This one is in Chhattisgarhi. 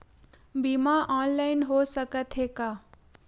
बीमा ऑनलाइन हो सकत हे का?